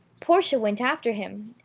portia went after him,